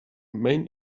main